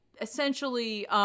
essentially